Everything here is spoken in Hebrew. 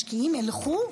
"משקיעים ילכו?